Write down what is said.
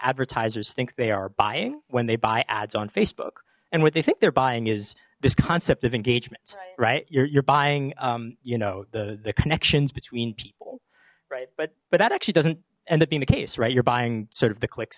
advertisers think they are buying when they buy ads on facebook and what they think they're buying is this concept of engagements right you're buying you know the connections between people right but but that actually doesn't end up being the case right you're buying sort of the cli